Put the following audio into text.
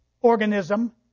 organism